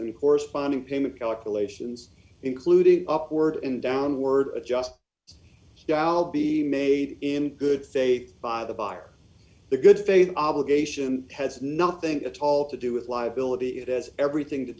and corresponding payment calculations included upward and downward adjust ya'll be made in good faith by the buyer the good faith obligation has nothing at all to do with liability it has everything to